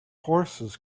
horses